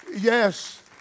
yes